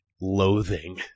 loathing